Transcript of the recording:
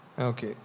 Okay